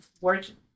working